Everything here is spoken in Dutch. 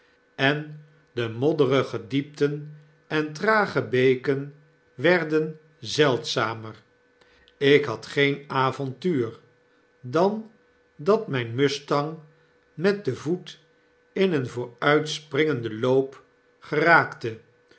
en de modderige diepten en trage beken werden zeidzamer ik had geen avontuur dan dat myn mustang met den voet in een vooruitspringenden loop geraakte